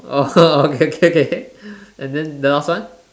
oh okay okay okay and then the last one